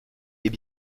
est